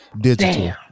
digital